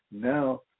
Now